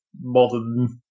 modern